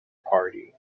party